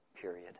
period